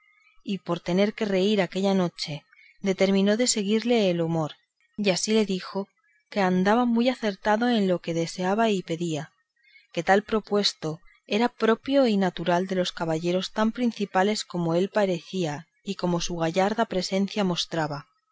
y por tener qué reír aquella noche determinó de seguirle el humor y así le dijo que andaba muy acertado en lo que deseaba y pedía y que tal prosupuesto era propio y natural de los caballeros tan principales como él parecía y como su gallarda presencia mostraba